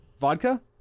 Vodka